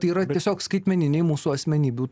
tai yra tiesiog skaitmeniniai mūsų asmenybių